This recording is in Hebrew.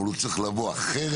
אבל הוא צריך לבוא אחרת,